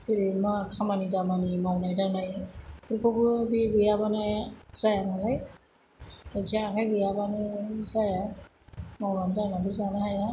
जेरै मा खामानि दामानि मावनाय दांनायफोरखौबो बे गैयाबानो जाया नालाय आथिं आखाइ गैयाबानो जाया मावना दांनाबो जानो हाया